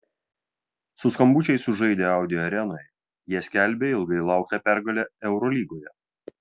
su skambučiais sužaidę audi arenoje jie skelbė ilgai lauktą pergalę eurolygoje